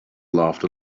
laughed